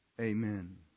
Amen